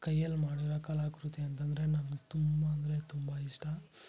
ಕೈಯಲ್ಲಿ ಮಾಡಿರೋ ಕಲಾಕೃತಿ ಅಂತಂದ್ರೆ ನನಗೆ ತುಂಬ ಅಂದರೆ ತುಂಬ ಇಷ್ಟ